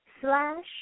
slash